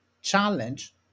challenge